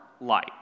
light